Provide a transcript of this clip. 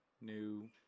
New